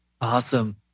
Awesome